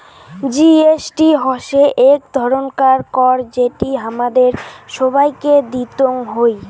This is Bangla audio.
জি.এস.টি হসে এক ধরণকার কর যেটি হামাদের সবাইকে দিতং হই